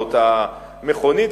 באותה מכונית,